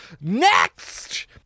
Next